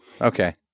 Okay